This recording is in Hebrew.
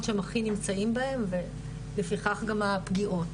שהם הכי נמצאים בהם ולפיכך גם הפגיעות.